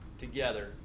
together